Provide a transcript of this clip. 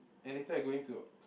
and later I going to